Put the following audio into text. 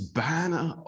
banner